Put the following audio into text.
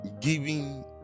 giving